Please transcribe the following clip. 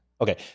Okay